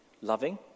loving